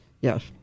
yes